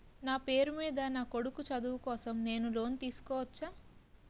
నా పేరు మీద నా కొడుకు చదువు కోసం నేను లోన్ తీసుకోవచ్చా?